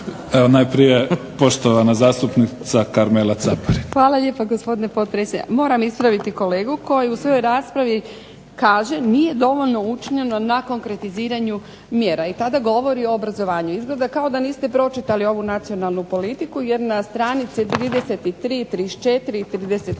Evo najprije poštovana zastupnica Karmela Caparin. **Caparin, Karmela (HDZ)** Hvala lijepa gospodine potpredsjedniče. Moram ispraviti kolegu koji u svojoj raspravi kaže nije dovoljno učinjeno na konkretiziranju mjera i tada govori o obrazovanju. Izgleda kao da niste pročitali ovu nacionalnu politiku jer na stranici 33, 34 i 35